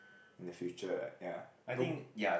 in the future ya no